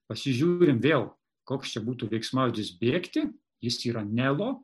pasižiūrim vėl koks čia būtų veiksmažodis bėgti jis yra nelo